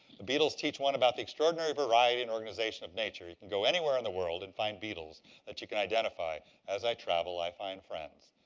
the beetles teach one about the extraordinary variety and organization of nature. you can go anywhere in the world and find beetles that you can identify. as i travel, i find friends.